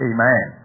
Amen